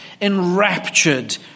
enraptured